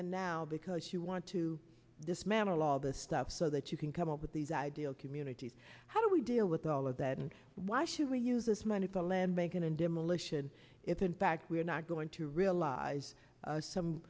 in now because you want to dismantle all the stuff so that you can come up with these ideal communities how do we deal with all of that and why should we use this money for land bacon and demolition if in fact we are not going to realize some